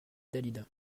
dalida